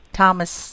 Thomas